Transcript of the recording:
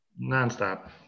nonstop